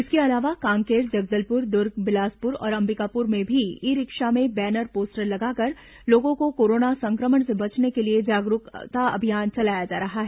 इसके अलावा कांकेर जगदलपुर दुर्ग बिलासपुर और अंबिकापुर में भी ई रिक्शा में बैनर पोस्टर लगाकर लोगों को कोरोना संक्रमण से बचने के लिए जागरूकता अभियान चलाया जा रहा है